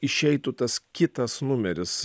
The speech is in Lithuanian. išeitų tas kitas numeris